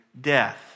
death